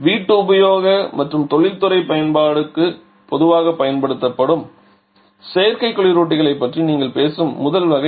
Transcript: வீட்டுபயோக மற்றும் தொழில்துறை பயன்பாடுகளுக்கு பொதுவாகப் பயன்படுத்தப்படும் செயற்கை குளிரூட்டிகளைப் பற்றி நீங்கள் பேசும் முதல் வகை